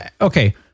okay